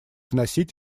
вносить